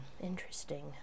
Interesting